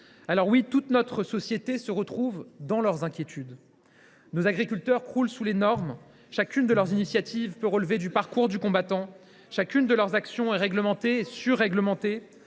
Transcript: Alors oui, toute notre société se retrouve dans leurs inquiétudes. Nos agriculteurs croulent sous les normes. Chacune de leurs initiatives devient un parcours du combattant. Chacune de leurs actions est réglementée et surréglementée.